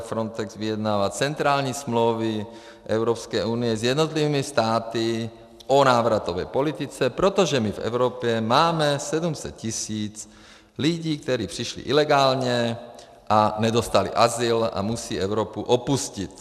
Frontex vyjednává centrální smlouvy Evropské unie s jednotlivými státy o návratové politice, protože my v Evropě máme 700 tisíc lidí, kteří přišli ilegálně, nedostali azyl a musí Evropu opustit.